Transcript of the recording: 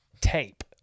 tape